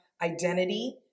identity